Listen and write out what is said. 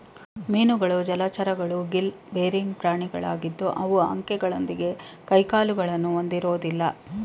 ಮೀನುಗಳು ಜಲಚರಗಳು gill bearing ಪ್ರಾಣಿಗಳಾಗಿದ್ದು ಅವು ಅಂಕೆಗಳೊಂದಿಗೆ ಕೈಕಾಲುಗಳನ್ನು ಹೊಂದಿರೋದಿಲ್ಲ